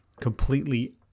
completely